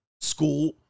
school